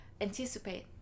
anticipate